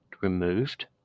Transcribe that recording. removed